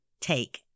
take